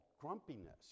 grumpiness